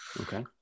Okay